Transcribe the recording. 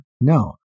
No